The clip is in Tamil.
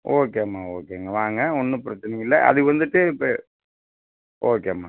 ஓகேமா ஓகேங்க வாங்க ஒன்றும் பிரச்சனை இல்லை அது வந்துவிட்டு இப்போ ஓகேமா